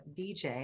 vj